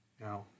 Now